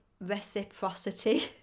reciprocity